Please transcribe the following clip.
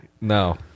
No